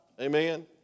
Amen